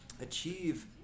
achieve